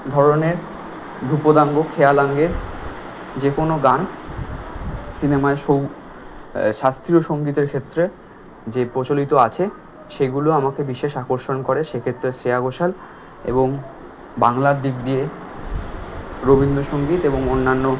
ধরনের ধ্রুপদাঙ্গ খেয়ালাঙ্গের যে কোনো গান সিনেমায় সৌ শাস্ত্রীয় সঙ্গীতের ক্ষেত্রে যে প্রচলিত আছে সেগুলো আমাকে বিশেষ আকর্ষণ করে সেক্ষেত্রে শ্রেয়া ঘোষাল এবং বাংলার দিক দিয়ে রবীন্দ্রসঙ্গীত এবং অন্যান্য